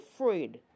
afraid